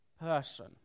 person